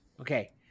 Okay